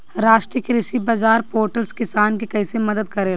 राष्ट्रीय कृषि बाजार पोर्टल किसान के कइसे मदद करेला?